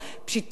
אדרבה,